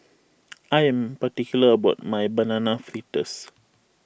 I am particular about my Banana Fritters